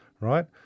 right